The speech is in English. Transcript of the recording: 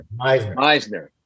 Meisner